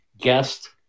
guest